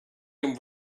him